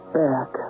back